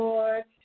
Lord